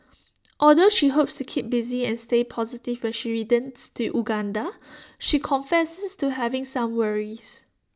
although she hopes to keep busy and stay positive when she returns to Uganda she confesses to having some worries